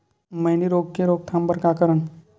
मैनी रोग के रोक थाम बर का करन?